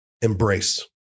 embrace